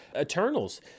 Eternals